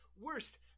worst